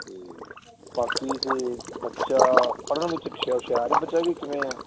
ਅਤੇ ਬਾਕੀ ਤਾਂ ਬੱਚਾ ਪੜ੍ਹਨ ਵਿੱਚ ਹੁਸ਼ਿਆਰ ਬੱਚਾ ਕਿ ਕਿਵੇਂ ਆ